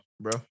bro